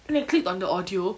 like click on the audio